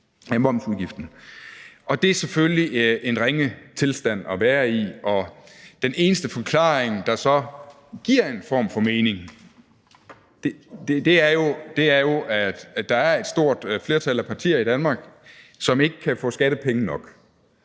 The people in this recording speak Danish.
det er selvfølgelig en ringe tilstand at være i, og den eneste forklaring, der så giver en form for mening, er jo, at der er et stort flertal af partier i Danmark, som ikke kan få skattepenge nok.